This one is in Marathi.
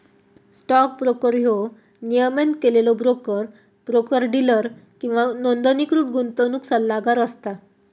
स्टॉक ब्रोकर ह्यो नियमन केलेलो ब्रोकर, ब्रोकर डीलर किंवा नोंदणीकृत गुंतवणूक सल्लागार असता